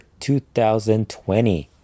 2020